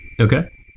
Okay